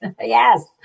Yes